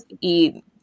eat